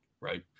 right